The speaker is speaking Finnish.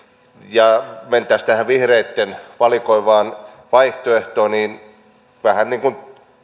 ja mentäisiin tähän vihreitten valikoivaan vaihtoehtoon niin vähän niin kuin